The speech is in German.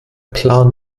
plan